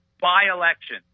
by-election